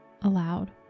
aloud